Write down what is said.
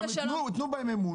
תנו בהם אמון